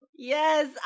Yes